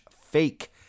fake